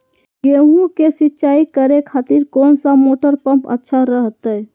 गेहूं के सिंचाई करे खातिर कौन सा मोटर पंप अच्छा रहतय?